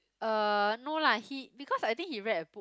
uh no lah he because I think he read a book